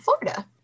Florida